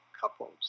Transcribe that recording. couples